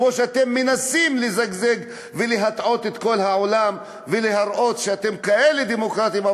כמו שאתם מנסים לזגזג ולהטעות את כל העולם ולהראות שאתם כאלה דמוקרטים,